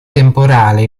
temporale